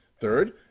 Third